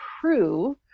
prove